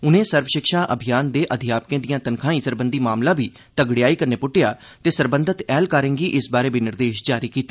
उनें सर्व शिक्षा अभियान दे अध्यापकें दिएं तन्खाहीं सरबंधी मामला बी तगड़ेयाई कन्नै प्ट्टेया ते सरबंधत ऐह्लकारें गी इस बारै बी निर्देश जारी कीते